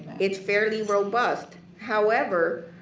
it's fairly robust. however,